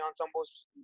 ensembles